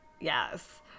yes